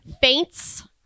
faints